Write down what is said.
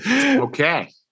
Okay